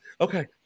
okay